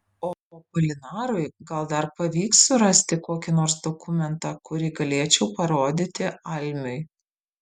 o apolinarui gal dar pavyks surasti kokį nors dokumentą kurį galėčiau parodyti almiui